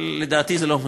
אבל לדעתי זה לא מספיק.